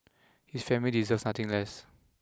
his family deserves nothing less